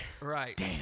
Right